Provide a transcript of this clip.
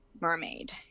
mermaid